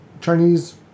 Chinese